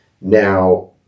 Now